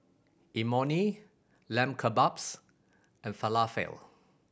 Imoni Lamb Kebabs and Falafel